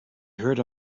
heard